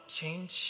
change